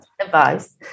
Advice